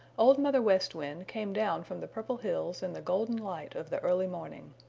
old mother west wind came down from the purple hills in the golden light of the early morning.